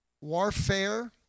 warfare